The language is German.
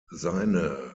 seine